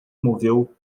moveu